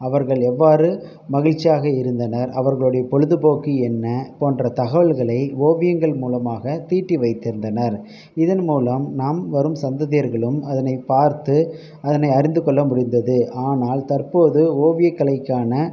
அவர்கள் எவ்வாறு மகிழ்ச்சியாக இருந்தனர் அவர்களுடைய பொழுதுபோக்கு என்ன போன்ற தகவல்களை ஓவியங்கள் மூலமாக தீட்டி வைத்திருந்தனர் இதன் மூலம் நாம் வரும் சந்ததியர்களும் அதனை பார்த்து அதனை அறிந்து கொள்ள முடிந்தது ஆனால் தற்போது ஓவியக் கலைக்கான